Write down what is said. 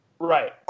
Right